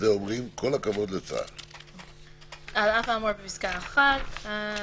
(2)על אף האמור בפסקה (1),